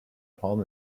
palm